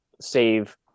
save